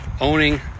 owning